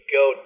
go